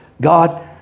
God